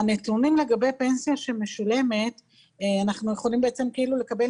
נתונים לגבי פנסיה משולמת אנחנו יכולים לקבל